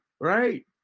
right